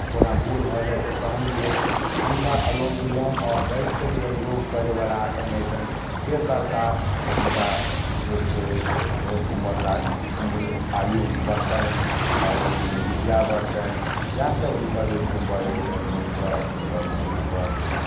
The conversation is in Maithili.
जेना बूढ़ भऽ जाइत छथि तखन योग हुनका अनुलोम विलोम आओर बैसि कऽ जे योग करैवला आसन होइ छनि से करताह तऽ हुनका जे छै बहुत उम्र आ उम्र आयु बढ़तनि आओर विद्या बढ़तनि इएहसभ हुनकर जे छै बढ़ैत छनि अथिके बुजुर्गके